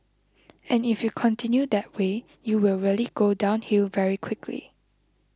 and if you continue that way you will really go downhill very quickly